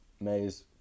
Maze